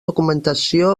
documentació